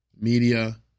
media